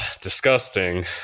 Disgusting